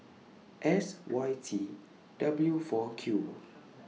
S Y T W four Q